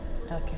Okay